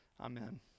Amen